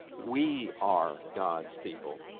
we are god's people.